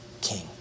king